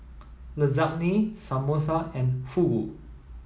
Lasagne Samosa and Fugu